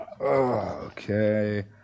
Okay